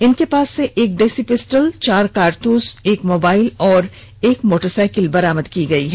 इनके पास से एक देशी पिस्टल चार कारतूस एक मोबाइल और एक मोटरसाइकिल बरामद किया गया है